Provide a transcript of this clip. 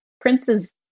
prince's